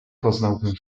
poznałbym